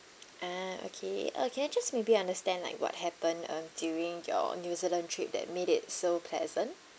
ah okay uh can I just maybe understand like what happened um during your new zealand trip that made it so pleasant